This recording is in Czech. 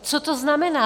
Co to znamená?